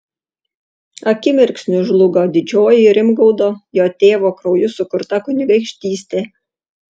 akimirksniu žlugo didžioji rimgaudo jo tėvo krauju sukurta kunigaikštystė